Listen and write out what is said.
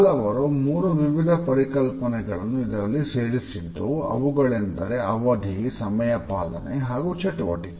ಹಾಲ್ ಅವರು 3 ವಿವಿಧ ಪರಿಕಲ್ಪನೆಗಳನ್ನು ಇದರಲ್ಲಿ ಸೇರಿಸಿದ್ದು ಅವುಗಳೆಂದರೆ ಅವಧಿ ಸಮಯಪಾಲನೆ ಹಾಗೂ ಚಟುವಟಿಕೆ